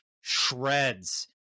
shreds